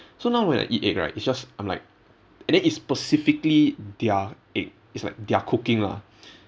so now when I eat egg right it's just I'm like and then it's specifically their egg it's like their cooking lah